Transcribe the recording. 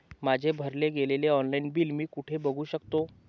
माझे भरले गेलेले ऑनलाईन बिल मी कुठे बघू शकतो?